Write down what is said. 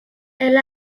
elle